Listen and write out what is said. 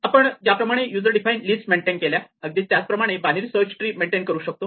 आपण ज्याप्रमाणे user define list maintain केल्या अगदी त्याचप्रमाणे बायनरी सर्च ट्री मेंटेन करू शकतो